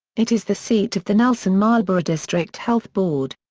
it is the seat of the nelson marlborough district health board.